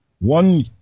One